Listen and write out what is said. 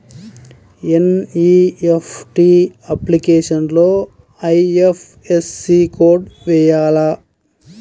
NEFT అప్లికేషన్లో IFSC code వేయాలా?